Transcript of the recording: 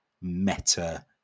meta